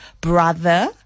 brother